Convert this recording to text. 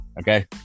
okay